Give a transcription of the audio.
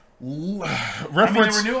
Reference